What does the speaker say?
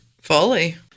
Fully